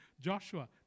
Joshua